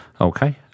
Okay